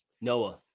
Noah